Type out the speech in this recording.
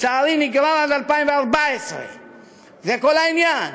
לצערי נגרר עד 2014. זה כל העניין.